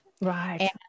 right